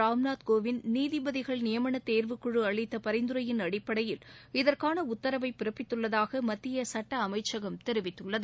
ராம்நாத் னோவிந்த் நீதிபதிகள் நியமனத் தேர்வுக்குழு அளித்த பரிந்துரையின் அடிப்படையில் இதற்கான உத்தரவை பிறப்பித்துள்ளதாக மத்திய சுட்ட அமைச்சகம் தெரிவித்துள்ளது